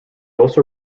also